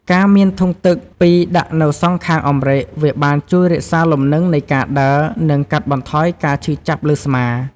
ការមានធុងទឹកពីរដាក់នៅសងខាងអម្រែកវាបានជួយរក្សាលំនឹងនៃការដើរ និងកាត់បន្ថយការឈឺចាប់លើស្មា។